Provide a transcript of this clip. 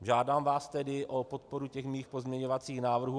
Žádám vás tedy o podporu mých pozměňovacích návrhů.